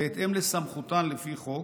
בהתאם לסמכותן לפי חוק,